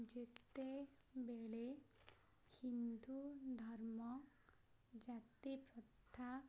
ଯେତେବେଳେ ହିନ୍ଦୁ ଧର୍ମ ଜାତି ପ୍ରଥା